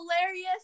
hilarious